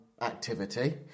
activity